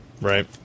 Right